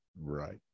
Right